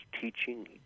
teaching